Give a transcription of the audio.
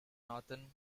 northern